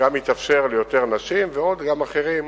גם יתאפשר ליותר נשים, וגם לאחרים,